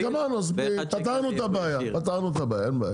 אז גמרנו, אז פתרנו את הבעיה, מקובל.